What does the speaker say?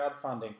crowdfunding